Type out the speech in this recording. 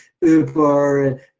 Uber